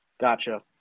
Gotcha